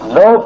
no